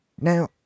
Now